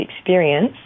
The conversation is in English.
experience